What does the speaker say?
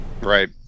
right